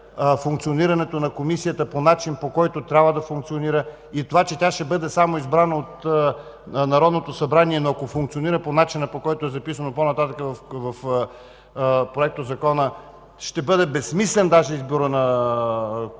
на Комисията по начин, по който трябва да функционира. И това, че тя ще бъде само избрана от Народното събрание, но ако функционира по начина, по който е записано по-нататък в Проектозакона, ще бъде безсмислен даже изборът на комисарите